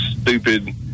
stupid